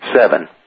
Seven